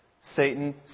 Satan